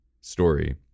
story